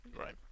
Right